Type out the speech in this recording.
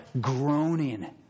groaning